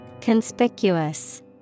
Conspicuous